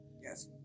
Yes